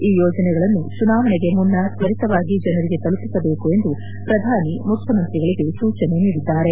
ಈ ಯೋಜನೆಗಳನ್ನು ಚುನಾವಣೆಗೆ ಮುನ್ನ ತ್ವರಿತವಾಗಿ ಜನರಿಗೆ ತಲುಪಿಸಬೇಕು ಎಂದು ಪ್ರಧಾನಿ ಮುಖ್ಕಮಂತ್ರಿಗಳಿಗೆ ಸೂಚನೆ ನೀಡಿದ್ದಾರೆ